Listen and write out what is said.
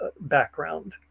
background